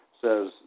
says